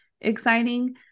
exciting